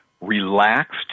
relaxed